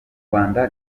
rwanda